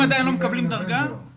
זו